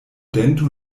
dento